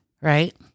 Right